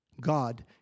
God